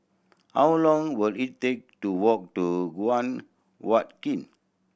how long will it take to walk to Guan Huat Kiln